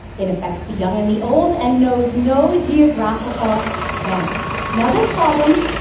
it affects the young and the old and knows no geographical bounds. now, this problem